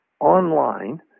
online